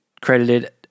credited